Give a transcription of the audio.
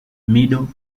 middle